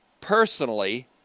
personally